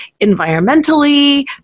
environmentally